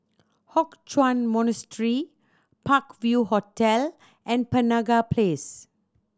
Hock Chuan Monastery Park View Hotel and Penaga Place